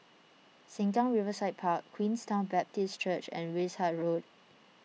Sengkang Riverside Park Queenstown Baptist Church and Wishart Road